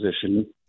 position